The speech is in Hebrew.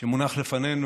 שמונח לפנינו.